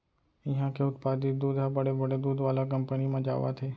इहां के उत्पादित दूद ह बड़े बड़े दूद वाला कंपनी म जावत हे